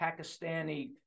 Pakistani